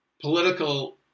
political